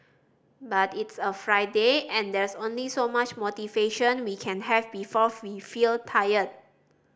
but it's a Friday and there's only so much motivation we can have before we feel tired